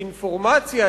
איזו אינפורמציה,